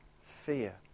fear